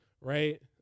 right